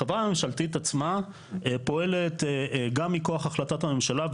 החברה הממשלתית עצמה פועלת גם מכוח החלטת הממשלה,